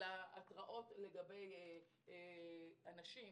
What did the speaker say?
של ההתראות לגבי אנשים